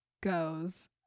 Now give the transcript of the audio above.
goes